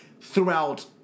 throughout